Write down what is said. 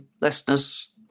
listeners